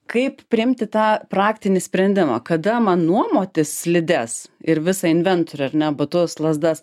kaip priimti tą praktinį sprendimą kada man nuomotis slides ir visą inventorių ar ne batus lazdas